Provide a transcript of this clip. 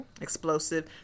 explosive